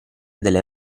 delle